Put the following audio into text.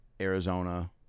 Arizona